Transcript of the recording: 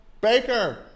Baker